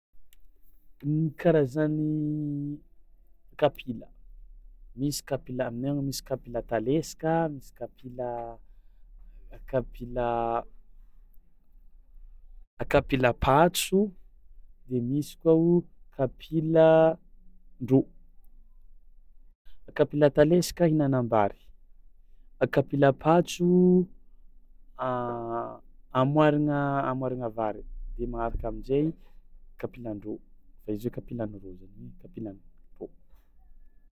Ny karazan'ny kapila, misy kapila aminay agny misy kapila talesaka, misy kapila kapila kapila patso de misy koa o kapilan-drô; kapila talesaka ihinanam-bary, kapila patso amoàragna amoàragna vary de magnaraka amin-jay kapilan-drô fa izy io kapilan'ny rô zany hoe kapilan-drô.